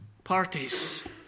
Parties